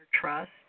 trust